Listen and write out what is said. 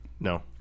no